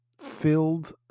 filled